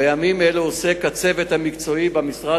בימים אלו עוסק הצוות המקצועי במשרד